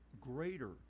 greater